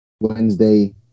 Wednesday